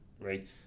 right